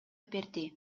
берди